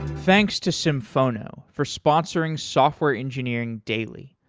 thanks to symphono for sponsoring software engineering daily.